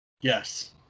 yes